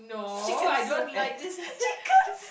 chicken soup eh chickens